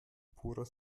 purer